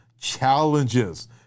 challenges